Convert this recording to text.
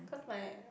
because my